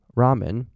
ramen